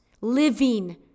living